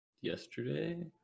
yesterday